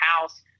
house